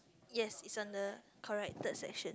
yes it's on the correct third section